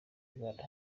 rwanda